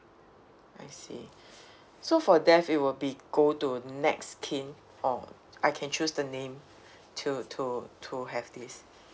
I see so for death it will be to go to next kin or I can choose the name to to to have this